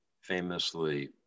famously